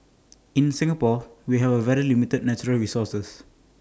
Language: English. in Singapore we have very limited natural resources